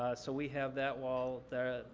so we have that wall there.